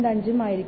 5 ഉം ആയിരിയ്ക്കും